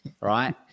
right